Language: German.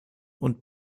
und